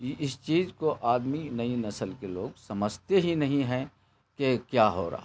اس چیز کو آدمی نئی نسل کے لوگ سمجھتے ہی نہیں ہیں کہ کیا ہو رہا ہے